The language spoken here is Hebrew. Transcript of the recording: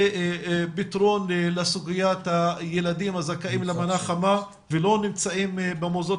פתרון לסוגיית הילדים הזכאים למנה חמה ולא נמצאים במוסדות